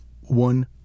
one